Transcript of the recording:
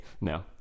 No